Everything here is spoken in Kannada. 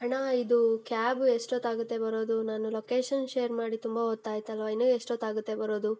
ಅಣ್ಣ ಇದು ಕ್ಯಾಬು ಎಷ್ಟೊತ್ತಾಗುತ್ತೆ ಬರೋದು ನಾನು ಲೊಕೇಷನ್ ಶೇರ್ ಮಾಡಿ ತುಂಬ ಹೊತ್ತು ಆಯ್ತಲ್ವಾ ಇನ್ನೂ ಎಷ್ಟೊತ್ತಾಗುತ್ತೆ ಬರೋದು